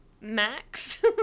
max